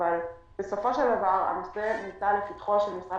אבל בסופו של דבר המתווה נמצא לפתחו של משרד